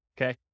okay